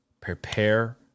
prepare